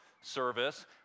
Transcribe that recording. service